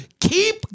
Keep